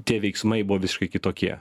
tie veiksmai buvo visiškai kitokie